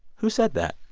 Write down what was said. who said that?